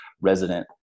resident